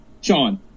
Sean